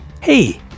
Hey